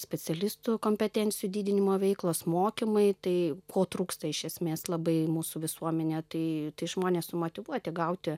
specialistų kompetencijų didinimo veiklos mokymai tai ko trūksta iš esmės labai mūsų visuomenėje tai žmonės motyvuoti gauti